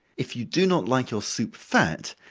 if you do not like your soup fat,